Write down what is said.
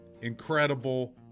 incredible